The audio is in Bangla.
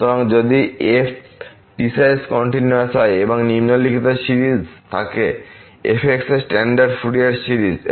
সুতরাং যদি আবার f পিসওয়াইস কন্টিনিউয়াস হয় এবং নিম্নলিখিত সিরিজ থাকে f এর স্ট্যান্ডার্ড ফুরিয়ার সিরিজ